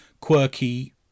quirky